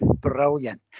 brilliant